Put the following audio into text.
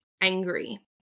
angry